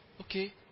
Okay